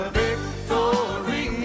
victory